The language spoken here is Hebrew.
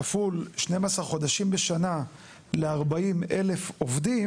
כפול 12 חודשים בשנה ל-40,000 עובדים,